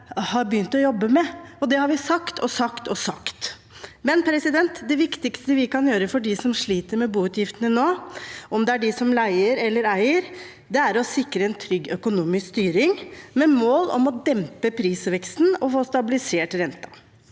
har begynt å jobbe med, og det har vi sagt og sagt og sagt. Det viktigste vi kan gjøre for dem som sliter med boutgiftene nå, om det er de som leier eller de som eier, er å sikre en trygg økonomisk styring med mål om å dempe prisveksten og få stabilisert renten.